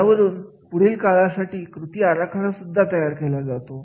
यावरून पुढील काळासाठी कृती आराखडा तयार केला जातो